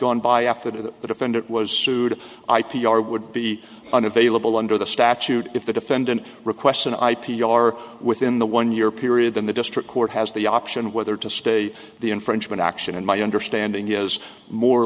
gone by after the defendant was sued i p r would be unavailable under the statute if the defendant requests an ip are within the one year period than the district court has the option of whether to stay the infringement action and my understanding is more or